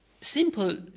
simple